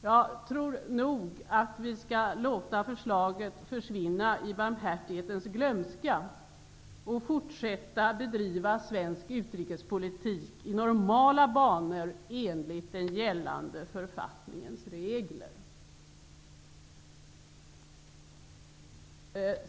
Jag tror nog att vi skall låta förslaget försvinna i barmhärtighetens glömska och fortsätta att bedriva svensk utrikespolitik i normala banor enligt den gällande författningens regler.